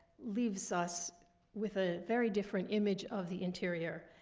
leaves us with a very different image of the interior,